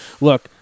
Look